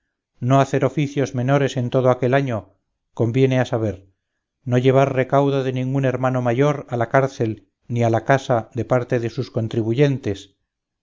no hacer oficios menores en todo aquel año conviene a saber no llevar recaudo de ningún hermano mayor a la cárcel ni a la casa de parte de sus contribuyentes